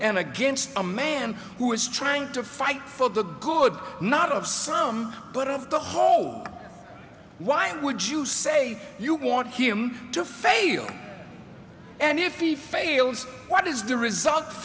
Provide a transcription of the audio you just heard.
and against a man who is trying to fight for the good not of some but of the whole why would you say you want him to fail and if he fails what is the result